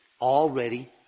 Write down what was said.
already